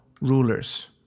rulers